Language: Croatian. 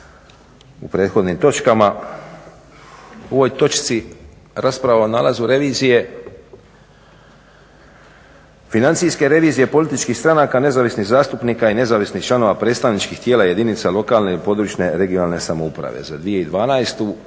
u prethodnim točkama u ovoj točci rasprava o nalazu revizije financijske revizije političkih stranaka, nezavisnih zastupnika i nezavisnih članova predstavničkih tijela jedinica lokalne i područne (regionalne) samouprave za 2012.